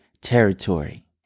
territory